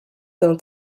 d’un